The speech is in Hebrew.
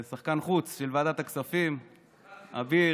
שחקן חוץ של ועדת הכספים, אביר,